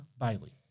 Bailey